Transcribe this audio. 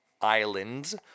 islands